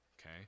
okay